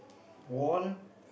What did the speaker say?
wand